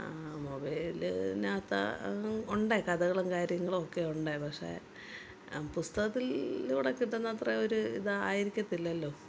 മൊബൈലിനകത്ത് ഉണ്ട് കഥകളും കാര്യങ്ങളും ഒക്കെ ഉണ്ട് പക്ഷേ പുസ്തകത്തിലൂടെ കിട്ടുന്നത്ര ഒരു ഇത് ആയിരിക്കത്തില്ലല്ലോ